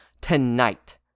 tonight